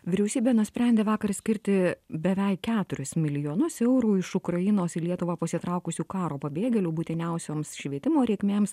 vyriausybė nusprendė vakar skirti beveik keturis milijonus eurų iš ukrainos į lietuvą pasitraukusių karo pabėgėlių būtiniausioms švietimo reikmėms